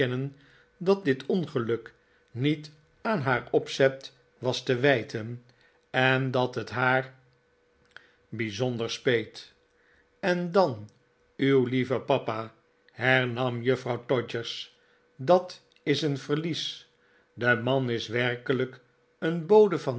dat dit ongeluk niet aan haar opzet was te wijten en dat het haar bijzonder speet en dan uw lieve papa hernam juffrouw todgers dat is een verlies de man is werkelijk een bode van